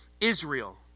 Israel